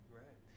right